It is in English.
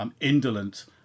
indolent